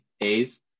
A's